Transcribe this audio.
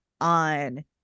on